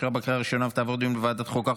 לוועדת חוקה,